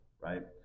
right